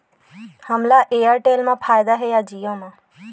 हमला एयरटेल मा फ़ायदा हे या जिओ मा?